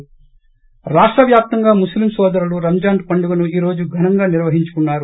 ి రాష్ట వ్యాప్తంగా ముస్లిం నోదరులు రంజాన్ పండుగను ఈ రోజు ఘనంగా నిర్వహించుకున్నారు